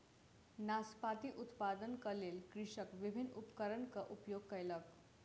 नाशपाती उत्पादनक लेल कृषक विभिन्न उपकरणक उपयोग कयलक